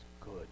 good